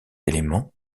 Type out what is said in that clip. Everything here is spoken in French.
éléments